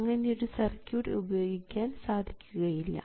അങ്ങനെ ഒരു സർക്യൂട്ട് ഉപയോഗിക്കാൻ സാധിക്കുകയില്ല